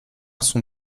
son